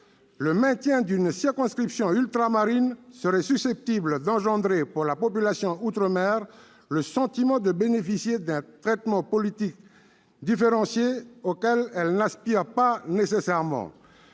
le maintien d'une circonscription ultramarine serait susceptible d'engendrer pour les populations outre-mer le sentiment de bénéficier d'un traitement politique différencié auquel elles n'aspirent pas nécessairement